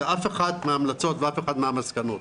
אף אחת מן ההמלצות ואף אחת מן המסקנות.